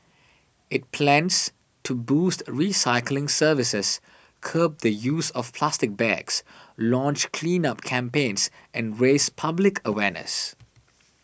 it plans to boost recycling services curb the use of plastic bags launch cleanup campaigns and raise public awareness